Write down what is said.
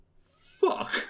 fuck